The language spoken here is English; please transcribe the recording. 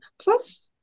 Plus